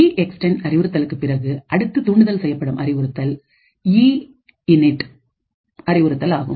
இ extended அறிவுறுத்தலுக்கு பிறகு அடுத்து தூண்டுதல் செய்யப்படும் அறிவுறுத்தல் இஇன் இட் அறிவுறுத்தல் ஆகும்